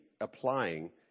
applying